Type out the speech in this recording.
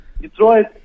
Detroit